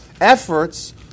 efforts